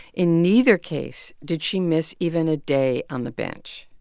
in neither case did she miss even a day on the bench.